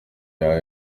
are